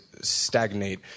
stagnate